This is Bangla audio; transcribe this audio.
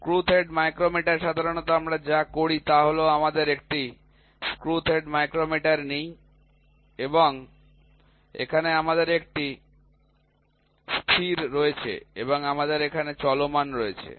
স্ক্রু থ্রেড মাইক্রোমিটার সাধারণত আমরা যা করি তা হল আমরা একটি স্ক্রু থ্রেড মাইক্রোমিটার নিই এবং এখানে আমাদের একটি স্থির রয়েছে এবং আমাদের এখানে চলমান রয়েছে